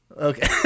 Okay